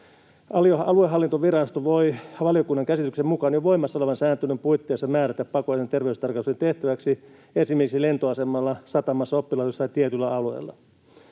Aluehallintovirasto voi valiokunnan käsityksen mukaan jo voimassa olevan sääntelyn puitteissa määrätä pakollisen terveystarkastuksen tehtäväksi esimerkiksi lentoasemalla, satamassa, oppilaitoksessa tai tietyllä alueella.